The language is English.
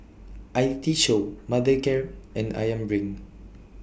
I T Show Mothercare and Ayam Brand